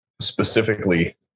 specifically